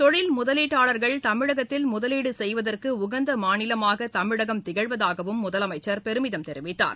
தொழில் முதலீட்டாளர்கள் தமிழகத்தில் முதலீடு செய்வதற்கு உகந்த மாநிலமாக தமிழகம் திகழ்வதாகவும் முதலமைச்சர் பெருமிதம் தெரிவித்தார்